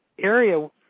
area